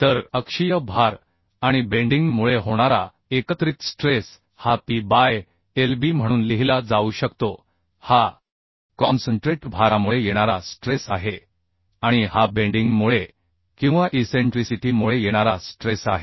तर अक्षीय भार आणि बेंडिंग मुळे होणारा एकत्रित स्ट्रेस हा p बाय lb म्हणून लिहिला जाऊ शकतो हा कॉन्सन्ट्रेट भारामुळे येणारा स्ट्रेस आहे आणि हा बेंडिंग मुळे किंवा इसेंट्रीसिटी मुळे येणारा स्ट्रेस आहे